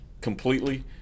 completely